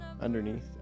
Underneath